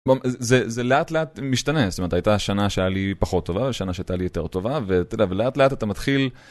זה זה לאט לאט משתנה. הייתה שנה שהיה לי פחות טובה, שנה שהייתה לי יותר טובה ואתה יודע, לאט לאט אתה מתחיל...